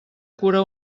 cura